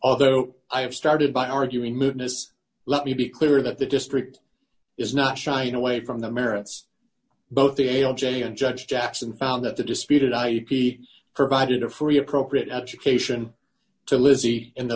although i have started by arguing mootness let me be clear that the district is not shying away from the merits both the o j and judge jackson found that the disputed i p s provided a free appropriate education to lizzie in the